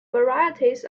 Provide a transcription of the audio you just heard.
varieties